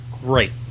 great